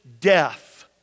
death